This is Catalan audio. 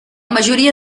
majoria